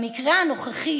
המקרה הנוכחי